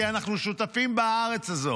כי אנחנו שותפים בארץ הזאת,